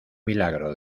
milagro